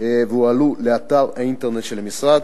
והועלו לאתר האינטרנט של המשרד,